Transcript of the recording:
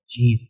Jeez